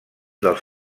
dels